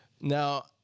Now